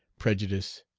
prejudice,